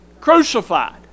Crucified